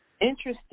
interesting